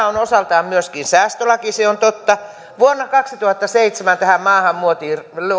on osaltaan myöskin säästölaki se on totta vuonna kaksituhattaseitsemän tähän maahan luotiin